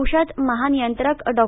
औषध महानियंत्रक डॉ